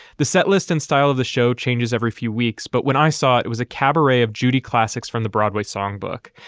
the setlists and style of the show changes every few weeks. but when i saw it, it was a cabaret of judy classics from the broadway songbook.